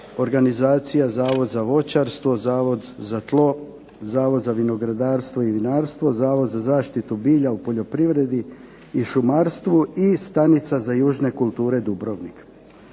organizacija – Zavod za voćarstvo, Zavod za tlo, Zavod za vinogradarstvo i vinarstvo, Zavod za zaštitu bilja u poljoprivredi i šumarstvu i Stanica za južne kulture Dubrovnik.